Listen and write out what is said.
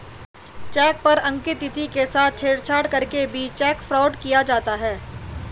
check पर अंकित तिथि के साथ छेड़छाड़ करके भी चेक फ्रॉड किया जाता है